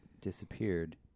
disappeared